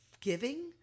giving